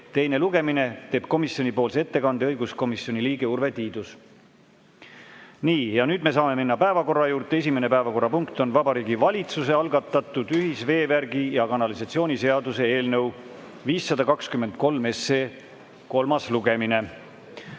teine lugemine, teeb komisjoni nimel ettekande õiguskomisjoni liige Urve Tiidus. Nii, nüüd me saame minna päevakorra juurde. Esimene päevakorrapunkt on Vabariigi Valitsuse algatatud ühisveevärgi ja -kanalisatsiooni seaduse eelnõu 523 kolmas lugemine.